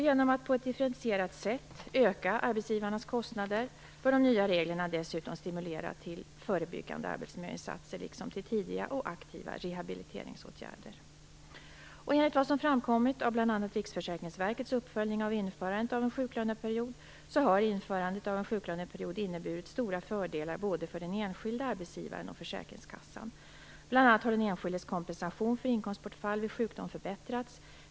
Genom att på ett differentierat sätt öka arbetsgivarnas kostnader bör de nya reglerna dessutom stimulera till förebyggande arbetsmiljöinsatser liksom till tidiga och aktiva rehabiliteringsåtgärder. Enligt vad som framkommit av bl.a. Riksförsäkringsverkets uppföljning av införandet av en sjuklöneperiod har införandet av en sjuklöneperiod inneburit stora fördelar såväl för den enskilde som för arbetsgivare och försäkringskassan. Bl.a. har den enskildes kompensation för inkomstbortfall vid sjukdom förbättrats.